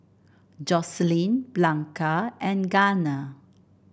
Joycelyn Blanca and Garner